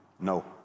No